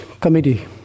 committee